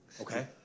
Okay